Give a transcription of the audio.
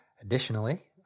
Additionally